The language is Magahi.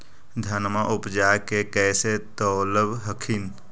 धनमा उपजाके कैसे तौलब हखिन?